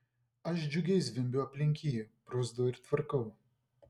aš džiugiai zvimbiu aplink jį bruzdu ir tvarkau